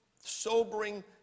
sobering